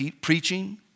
preaching